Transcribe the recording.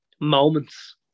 moments